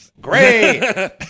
Great